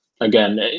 again